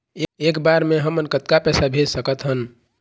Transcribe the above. एक बर मे हमन कतका पैसा भेज सकत हन?